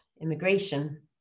immigration